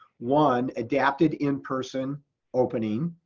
one, adapted in person opening,